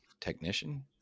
technician